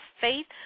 faith